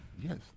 Yes